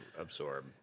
absorb